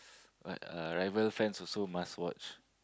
s~ but rival friends also must watch